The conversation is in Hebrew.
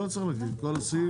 לא צריך להקריא את כל הסעיף.